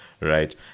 right